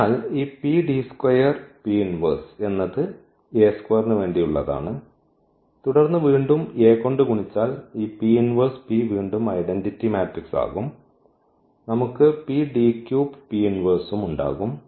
അതിനാൽ ഈ എന്നത് ന് വേണ്ടിയുള്ളതാണ് തുടർന്ന് വീണ്ടും A കൊണ്ട് ഗുണിച്ചാൽ ഈ വീണ്ടും ഐഡന്റിറ്റി മാട്രിക്സ് ആകും നമുക്ക് ഉം ഉണ്ടാകും